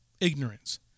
ignorance